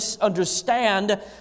understand